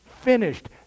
finished